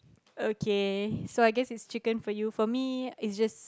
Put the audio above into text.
okay so I guess is chicken for you for me is just